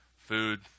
food